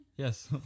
Yes